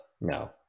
No